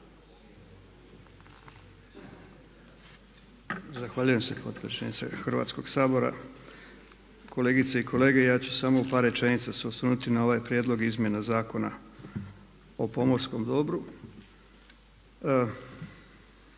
Zahvaljujem se potpredsjedniče Hrvatskoga sabora. Kolegice i kolege, ja ću sa samo par rečenica se osvrnuti na ovaj Prijedlog izmjena Zakona o pomorskom dobru